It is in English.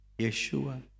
Yeshua